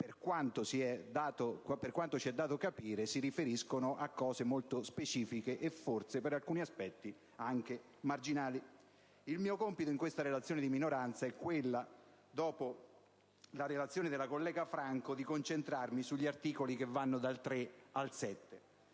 per quanto ci è dato di capire, si riferiscono a elementi molto specifici, e forse per alcuni aspetti anche marginali. Il mio compito in questa relazione di minoranza è quello, dopo la relazione della collega Franco, di concentrarmi sugli articoli che vanno dal 3 al 7,